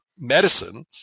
medicine